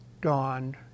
dawned